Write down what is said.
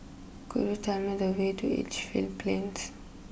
could you tell me the way to Edgefield Plains